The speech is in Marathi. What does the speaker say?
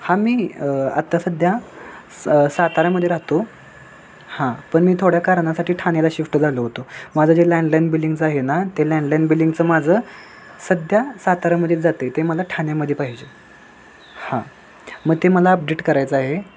हां मी आत्ता सध्या स सातारामध्ये राहतो हां पण मी थोड्या कारणासाठी ठाण्याला शिफ्ट झालो होतो माझं जे लँडलाईन बिलिंग्ज आहे ना ते लँडलाईन बिलिंगचं माझं सध्या सातारामध्ये जातं आहे ते मला ठाण्यामध्ये पाहिजे हां मग ते मला अपडेट करायचं आहे